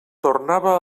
tornava